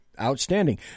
outstanding